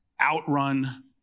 outrun